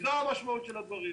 זו המשמעות של הדברים.